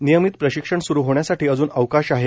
नियमित प्रशिक्षण स्रू होण्यासाठी अजून अवकाश आहे